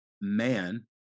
man